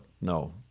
no